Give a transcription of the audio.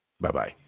Bye-bye